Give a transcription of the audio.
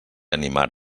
animar